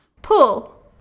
Pull